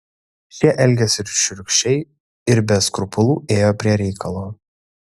šie elgėsi šiurkščiai ir be skrupulų ėjo prie reikalo